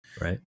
Right